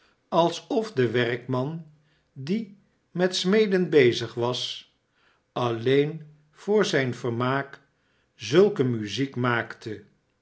alsof de werkman die met smeden bezig was alleen voor zijn vermaak zulke muziek maakte